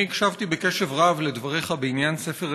אני הקשבתי בקשב רב לדבריך בעניין ספר האזרחות,